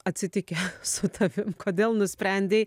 atsitikę su tavim kodėl nusprendei